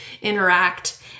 interact